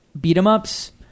beat-em-ups